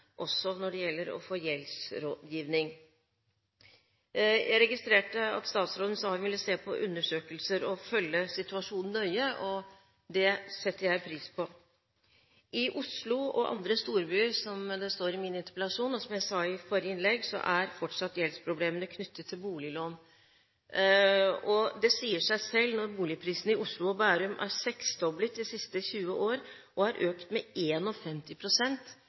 også når det gjelder å få gjeldsrådgivning. Jeg registrerte at statsråden sa hun ville se på undersøkelser og følge situasjonen nøye, og det setter jeg pris på. I Oslo og andre storbyer, som det står i min interpellasjon og som jeg sa i forrige innlegg, er fortsatt gjeldsproblemene knyttet til boliglån. Det sier seg selv når boligprisene i Oslo og Bærum er seksdoblet de siste 20 årene, og er økt med